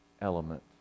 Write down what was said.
element